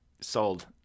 Sold